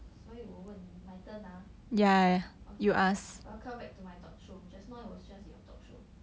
所以我问你 my turn ah okay welcome back to my talk show just now it was just your talk show`